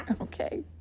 Okay